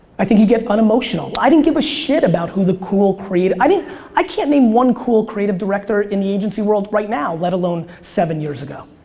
i think you get unemotional. i didn't give a shit about who the cool creative. i mean i can't name one cool, creative director in the agency world right now let alone seven years ago.